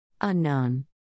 Unknown